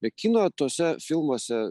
be kino tuose filmuose